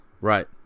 Right